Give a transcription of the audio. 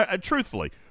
truthfully